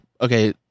Okay